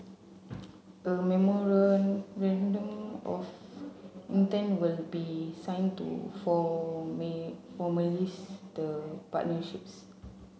a memorandum of intent will be signed to formalise the partnerships